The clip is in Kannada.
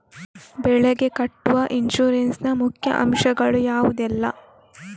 ಬೆಳೆಗೆ ಕಟ್ಟುವ ಇನ್ಸೂರೆನ್ಸ್ ನ ಮುಖ್ಯ ಅಂಶ ಗಳು ಯಾವುದೆಲ್ಲ?